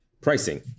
Pricing